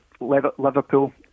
Liverpool